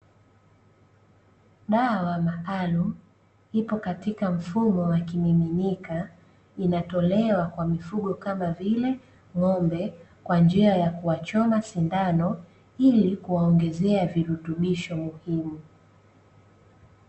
Dawa maalumu ipo katika mfumo wa kimiminika, inatolewa kwa mifugo kama vile ng'ombe kwa njia ya kuwachoma sindano ili kuwaongezea virutubisho muhimu.